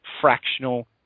fractional